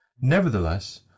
nevertheless